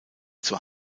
zur